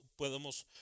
podemos